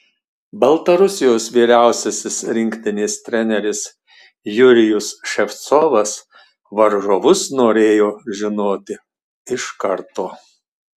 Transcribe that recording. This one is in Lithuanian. baltarusijos vyriausiasis rinktinės treneris jurijus ševcovas varžovus norėjo žinoti iš karto